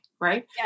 Right